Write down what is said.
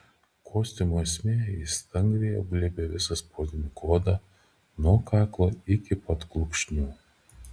kostiumo esmė jis stangriai apglėbia visą sportininko odą nuo kaklo iki pat kulkšnių